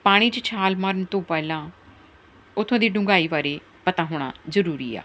ਪਾਣੀ 'ਚ ਛਾਲ ਮਾਰਨ ਤੋਂ ਪਹਿਲਾਂ ਉੱਥੋਂ ਦੀ ਡੁੰਘਾਈ ਬਾਰੇ ਪਤਾ ਹੋਣਾ ਜ਼ਰੂਰੀ ਆ